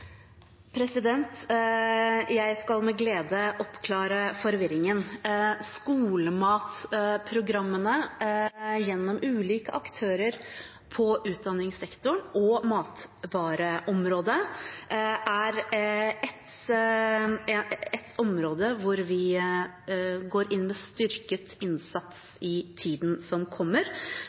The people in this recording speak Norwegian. Jeg skal med glede oppklare forvirringen. Skolematprogrammene er gjennom ulike aktører på utdanningssektoren og matvareområdet et område hvor vi går inn med styrket innsats i tiden som kommer,